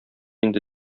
инде